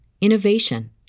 innovation